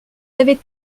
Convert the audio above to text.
avaient